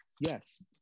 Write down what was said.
Yes